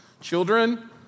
Children